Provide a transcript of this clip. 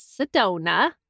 Sedona